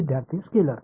विद्यार्थी स्केलर्स